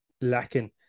Lacking